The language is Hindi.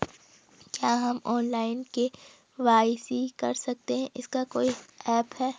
क्या हम ऑनलाइन के.वाई.सी कर सकते हैं इसका कोई ऐप है?